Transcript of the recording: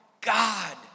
God